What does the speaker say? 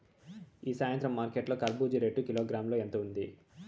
ఈ సాయంత్రం మార్కెట్ లో కర్బూజ రేటు కిలోగ్రామ్స్ ఎంత ఉంది?